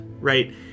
right